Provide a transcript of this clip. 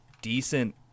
decent